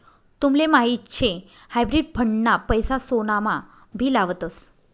तुमले माहीत शे हायब्रिड फंड ना पैसा सोनामा भी लावतस